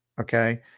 okay